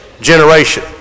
generation